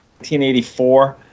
1984